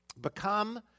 Become